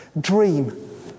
dream